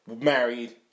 married